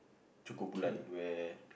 cukup bulan where